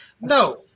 No